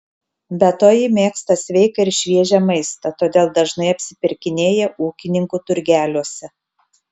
be to ji mėgsta sveiką ir šviežią maistą todėl dažnai apsipirkinėja ūkininkų turgeliuose